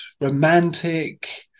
romantic